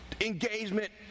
Engagement